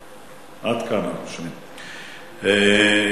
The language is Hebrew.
בעד, 11, שני מתנגדים, אין נמנעים.